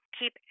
keep